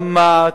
גם מע"צ,